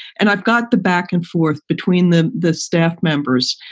and i've got the back and forth between the the staff members,